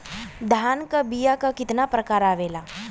धान क बीया क कितना प्रकार आवेला?